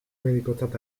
medikotzat